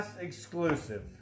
exclusive